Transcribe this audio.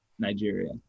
Nigeria